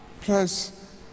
Plus